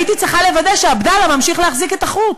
הייתי צריכה לוודא שעבדאללה ממשיך להחזיק את החוט.